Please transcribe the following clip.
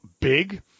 big